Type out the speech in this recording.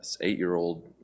eight-year-old